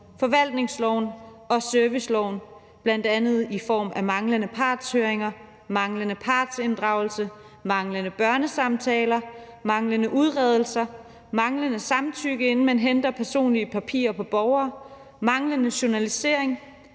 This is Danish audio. forvaltningsloven og serviceloven, bl.a. i form af manglende partshøringer, manglende partsinddragelse, manglende børnesamtaler, manglende udredelser, manglende samtykke, inden man henter personlige papirer på borgere, manglende journalisering,